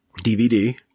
DVD